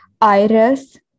Iris